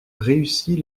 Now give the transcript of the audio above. réussit